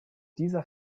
dieser